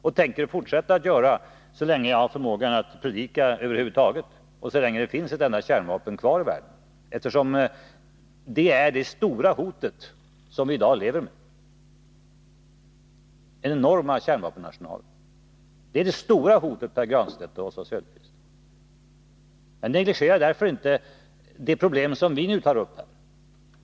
Och det tänker jag fortsätta att göra så länge jag har förmågan att predika över huvud taget och så länge det finns ett enda kärnvapen kvar i världen. Detta är nämligen det stora hot som vi i dag lever med — de enorma kärnvapenarsenalerna. Det är det stora hotet, Oswald Söderqvist och Pär Granstedt. Jag negligerar därmed inte det problem som ni nu tar upp.